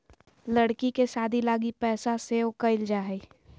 लड़की के शादी लगी पैसा सेव क़इल जा हइ